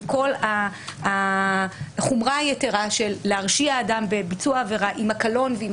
כל החומרה היתרה להרשיע אדם בביצוע עבירה עם הקלון ועם